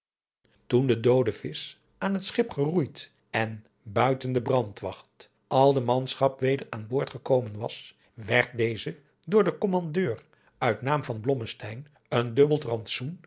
toen de doode visch aan het schip geroeid en buiten de brandwacht al de manschap weder aan boord gekomen was werd deze adriaan loosjes pzn het leven van johannes wouter blommesteyn door den kommandeur uit naam van blommesteyn een dubbeld rantsoen